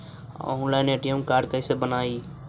Online ATM card कैसे बनाई?